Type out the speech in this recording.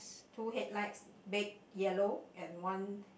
two headlights back yellow and one